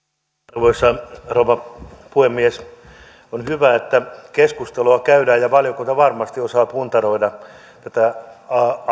arvoisa rouva puhemies on hyvä että keskustelua käydään ja valiokunta varmasti osaa puntaroida tätä